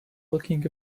looking